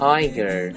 Tiger